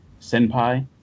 Senpai